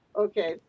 okay